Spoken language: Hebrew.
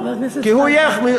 כי הוא ילך,